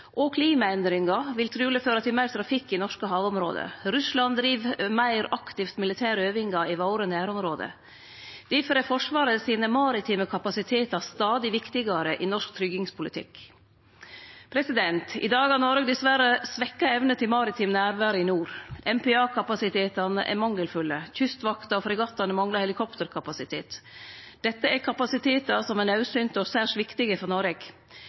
og klimaendringar vil truleg føre til meir trafikk i norske havområde. Russland driv meir aktivt med militære øvingar i våre nærområde. Difor er Forsvaret sine maritime kapasitetar stadig viktigare i norsk tryggingspolitikk. I dag har Noreg dessverre svekt evne til maritimt nærvær i nord. MPA-kapasitetane er mangelfulle. Kystvakta og fregattane manglar helikopterkapasitet. Dette er kapasitetar som er naudsynte og særs viktige for Noreg.